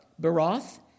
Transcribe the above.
Baroth